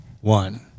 One